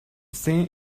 thing